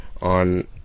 on